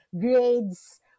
grades